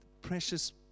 precious